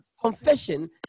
confession